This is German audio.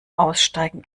aussteigen